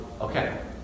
Okay